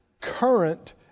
current